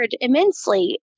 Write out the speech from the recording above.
immensely